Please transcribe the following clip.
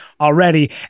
already